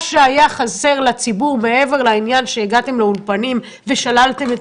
מה שהיה חסר לציבור מעבר לעניין שהגעתם לאולפנים ושללתם את